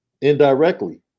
indirectly